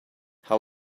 how